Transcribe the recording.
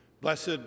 Blessed